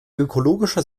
ökologischer